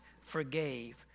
forgave